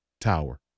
tower